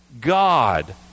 God